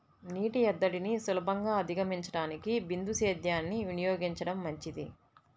నీటి ఎద్దడిని సులభంగా అధిగమించడానికి బిందు సేద్యాన్ని వినియోగించడం మంచిది